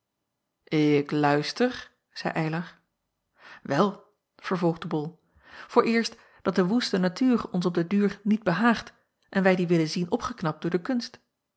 k luister zeî ylar el vervolgde ol vooreerst dat de woeste natuur ons op den duur niet behaagt en wij die willen zien opgeknapt door de kunst